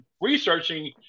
researching